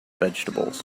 vegetables